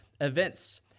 events